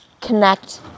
connect